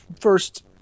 First